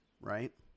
Right